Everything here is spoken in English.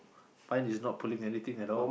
mine is not pulling anything at all